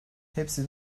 hepsi